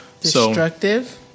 destructive